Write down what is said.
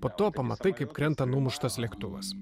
po to pamatai kaip krenta numuštas lėktuvas